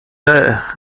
has